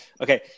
Okay